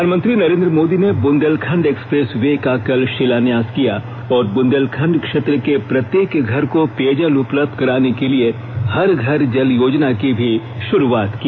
प्रधानमंत्री नरेंद्र मोदी ने Bundelkhand expressway का कल शिलान्यास किया और बुंदेलखण्ड क्षेत्र के प्रत्येक घर को पेयजल उपलब्ध कराने के लिए हर घर जल योजना की भी शुरूआत की